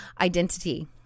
identity